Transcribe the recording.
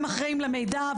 הם אחראים למידע,